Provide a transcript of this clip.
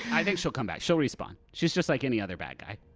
i think she'll come back. she'll respawn. she's just like any other bad guy.